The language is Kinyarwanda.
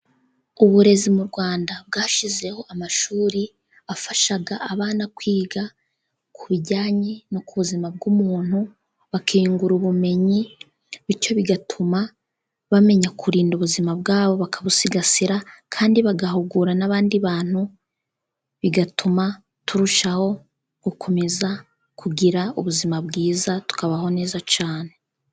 Uburezi mu rwanda bwashyizeho amashuri afasha abana kwiga ku bijyanye no ku buzima bw'umuntu, bakunguka ubumenyi bityo bigatuma bamenya kurinda ubuzima bwabo, bakabusigasira, kandi bagahugura n'abandi bantu, bigatuma turushaho gukomeza kugira ubuzima bwiza, tukabaho neza cyane.